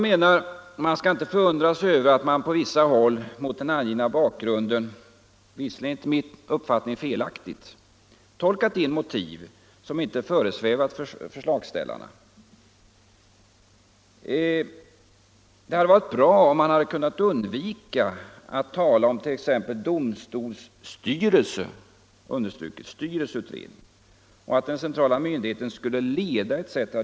Vi skall inte förundra oss över att man på vissa håll mot den angivna bakgrunden -— visserligen enligt min mening felaktigt — tolkat in motiv som inte föresvävat förslagsställarna. Det hade varit bra om man hade kunnat undvika att tala om t.ex. domstolsstyrelseutredningen och att den centrala myndigheten skulle leda etc.